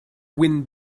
wind